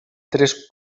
tres